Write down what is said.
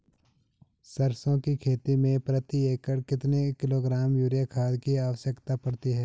सरसों की खेती में प्रति एकड़ कितने किलोग्राम यूरिया खाद की आवश्यकता पड़ती है?